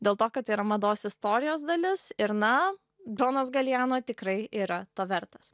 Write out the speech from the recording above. dėl to kad tai yra mados istorijos dalis ir na džonas galijano tikrai yra to vertas